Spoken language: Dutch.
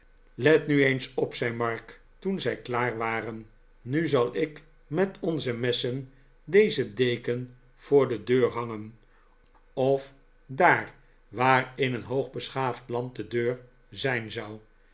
let nu eens op zei mark toen zij klaar waren nu zal ik met onze messen deze deken voor de deur hangen ol daar waar in een hoog beschaafd land de deur zijn zou